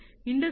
0Industry 4